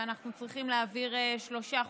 ואנחנו צריכים להעביר שלושה חוקים.